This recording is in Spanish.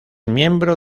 miembro